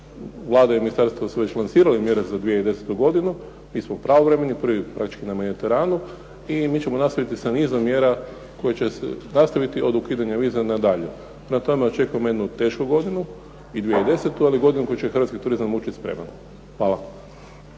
Vlada i ministarstvo su već lansirali mjere za 2010. godinu. Mi smo pravovremeni i prvi praktički na Mediteranu i mi ćemo nastaviti sa nizom mjera koje će se nastaviti sa ukidanjem viza i nadalje. Prema tome, očekujemo jednu tešku godinu 2010. ali godinu u koju će hrvatski turizam ući spreman. Hvala.